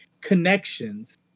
connections